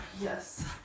Yes